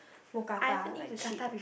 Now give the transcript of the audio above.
Mookata like cheap